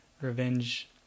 revenge